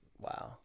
Wow